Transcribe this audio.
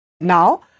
Now